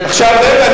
רגע,